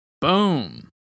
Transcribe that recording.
Boom